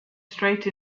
straight